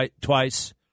twice